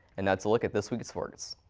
and that's a look at this week's sports!